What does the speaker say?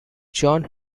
john